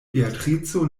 beatrico